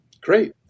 Great